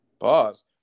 Pause